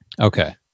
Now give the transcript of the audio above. Okay